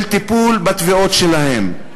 של טיפול בתביעות שלהן?